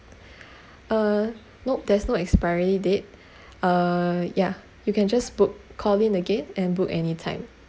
uh nope there's no expiry date uh yeah you can just book call in again and book anytime